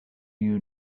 you